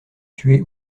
tués